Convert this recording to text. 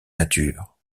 nature